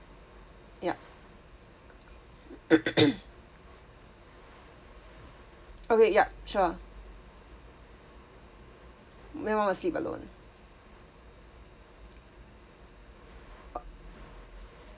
yup okay yup sure then one will sleep alone o~